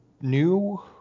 new